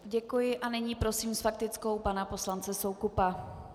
Děkuji a nyní prosím s faktickou pana poslance Soukupa.